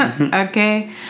okay